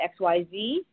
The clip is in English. XYZ